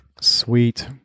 Sweet